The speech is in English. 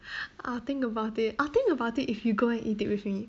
I'll think about it I'll think about it if you go and eat it with me